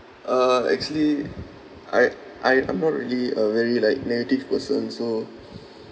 uh actually I I I'm not really a very like negative person so